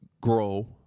grow